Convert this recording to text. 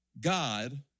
God